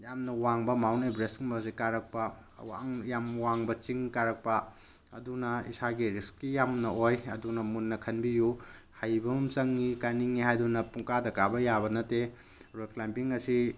ꯌꯥꯝꯅ ꯋꯥꯡꯕ ꯃꯥꯎꯟ ꯑꯦꯕꯔꯦꯖꯀꯨꯝꯕꯁꯤ ꯀꯥꯔꯛꯄ ꯌꯥꯝ ꯋꯥꯡꯕ ꯆꯤꯡ ꯀꯥꯔꯛꯄ ꯑꯗꯨꯅ ꯏꯁꯥꯒꯤ ꯔꯤꯛꯁꯀꯤ ꯌꯥꯝꯅ ꯑꯣꯏ ꯑꯗꯨꯅ ꯃꯨꯟꯅ ꯈꯟꯕꯤꯌꯨ ꯍꯩꯕ ꯑꯝ ꯆꯪꯏ ꯀꯥꯅꯤꯡꯏ ꯍꯥꯏꯗꯨꯅ ꯄꯨꯡꯀꯥꯗ ꯀꯥꯕ ꯌꯥꯕ ꯅꯠꯇꯦ ꯔꯣꯛ ꯀ꯭ꯂꯥꯏꯝꯕꯤꯡ ꯑꯁꯤ